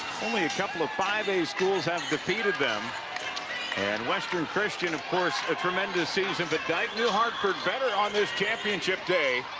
only a couple of five a schools have defeated them and western christian of course a tremendous season but dyke newhartford better on this championship day,